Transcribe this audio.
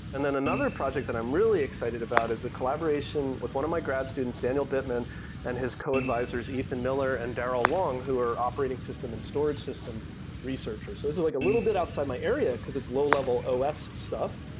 and then another project that i'm really excited about is the collaboration with one of my grad students, daniel bittman and his co-advisors, ethan miller, and darrell long, who are operating system and storage system researchers. this so is like a little bit outside my area, because it's low level os stuff.